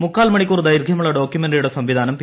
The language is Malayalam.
മുക്കാൽ മണിക്കൂർ ദൈർഘ്യമുള്ള ഡ്രോക്യുമെന്ററിയുടെ സംവിധാനം പി